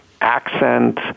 accent